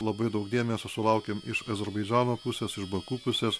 labai daug dėmesio sulaukėm iš azerbaidžano pusės iš baku pusės